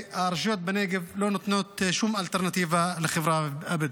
והרשויות בנגב לא נותנות שום אלטרנטיבה לחברה הבדואית.